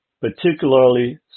particularly